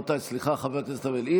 סליחה, חבר הכנסת ארבל.